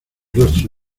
rostro